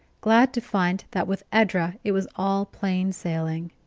glad to find that with edra it was all plain sailing.